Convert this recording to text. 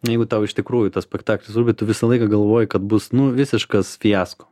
jeigu tau iš tikrųjų tas spektaklis rūpi tu visą laiką galvoji kad bus nu visiškas fiasko